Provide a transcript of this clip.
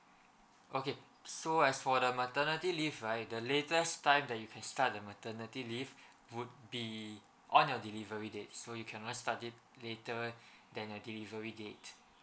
okay so as for the maternity leave right the latest time that you can start the maternity leave would be on your delivery date so you cannot start it later than the delivery date